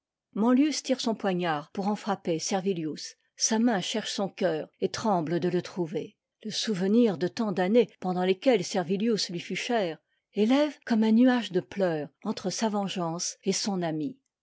manlius tire son poignard pour en frapper servilius sa main cherche son coeur et tremble de le trouver le souvenir de tant d'années pendant lesquelles servilius lui fut cher élève comme un nuage de pleurs entre sa vengeance et son ami